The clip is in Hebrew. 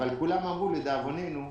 כולם אמרו, לדאבוננו,